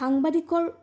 সাংবাদিকৰ